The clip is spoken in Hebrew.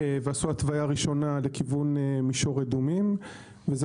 ועשו התוויה ראשונה לכיוון מישור אדומים וזה